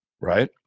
right